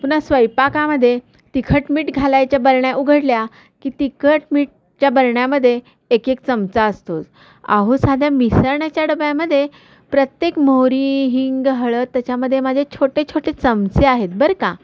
पुन्हा स्वयंपाकामध्ये तिखट मीठ घालायच्या बरण्या उघडल्या की तिखट मिठाच्या बरण्यामध्ये एक एक चमचा असतोच अहो साध्या मिसळण्याच्या डब्यामध्ये प्रत्येक मोहरी हिंग हळद त्याच्यामध्ये माझे छोटे छोटे चमचे आहेत बरं का